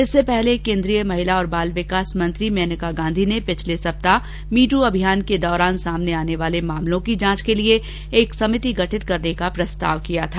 इससे पहले केन्द्रीय महिला और बाल विकास मंत्री मेनका गांधी ने पिछले सप्ताह मी टू अभियान के दौरान सामने आने वाले मामलों की जांच के लिए एक समिति गठित करने का प्रस्ताव किया था